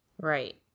Right